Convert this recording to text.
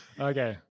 okay